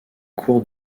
cours